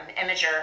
imager